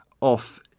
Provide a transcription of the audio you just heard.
off